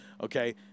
Okay